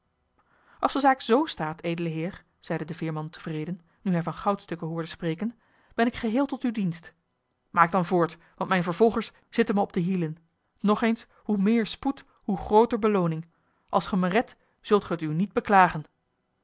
als de zaak z staat edele heer zeide de veerman tevreden nu hij van goudstukken hoorde spreken ben ik geheel tot uw dienst maak dan voort want mijne vervolgers zitten mij op de hielen nog eens hoe meer spoed hoe grooter belooning als ge mij redt zult ge het u niet beklagen